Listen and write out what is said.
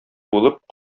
булып